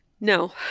No